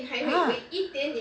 !huh!